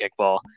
kickball